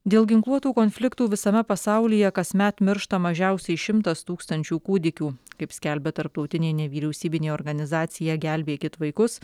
dėl ginkluotų konfliktų visame pasaulyje kasmet miršta mažiausiai šimtas tūkstančių kūdikių kaip skelbia tarptautinė nevyriausybinė organizacija gelbėkit vaikus